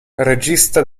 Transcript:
regista